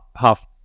half